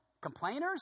complainers